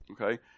okay